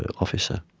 officer.